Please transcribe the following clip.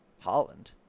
Holland